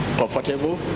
comfortable